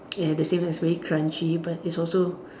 and at the same time it's very crunchy but it's also